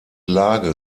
lage